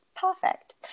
perfect